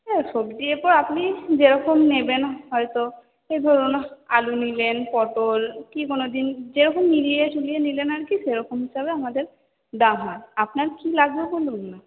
হ্যাঁ সবজি এরপর আপনি যেরকম নেবেন হয়তো এই ধরুন আলু নিলেন পটল কি কোনো জিনিস যেরকম মিলিয়ে জুলিয়ে নিলেন আর কি সেরকম হিসাবে আমাদের দাম হয় আপনার কী লাগবে বলুন না